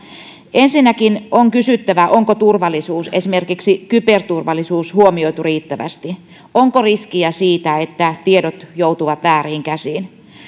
ensinnäkin on kysyttävä onko turvallisuus esimerkiksi kyberturvallisuus huomioitu riittävästi onko riskiä siitä että tiedot joutuvat vääriin käsiin